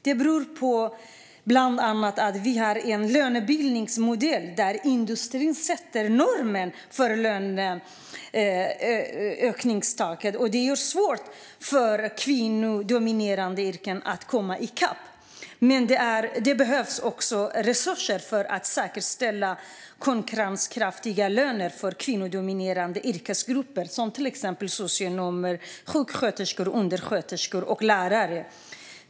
Det beror bland annat på att vi har en lönebildningsmodell där industrin sätter normen för löneökningstakten, vilket gör det svårt för kvinnodominerade yrken att komma i kapp. Det behövs också resurser för att säkerställa konkurrenskraftiga löner för kvinnodominerade yrkesgrupper, till exempel socionomer, sjuksköterskor, undersköterskor och lärare.